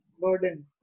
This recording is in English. burden